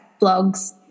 blogs